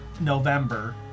November